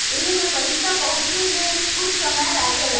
एईमे पईसा पहुचे मे कुछ समय लागेला